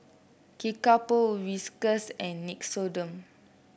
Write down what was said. Kickapoo Whiskas and Nixoderm